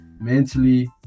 mentally